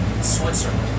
Switzerland